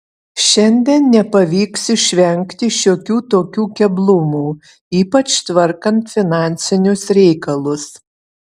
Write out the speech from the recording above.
šiandien nepavyks išvengti šiokių tokių keblumų ypač tvarkant finansinius reikalus